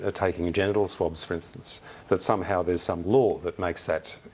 ah taking genital swabs, for instance that somehow there's some law that makes that.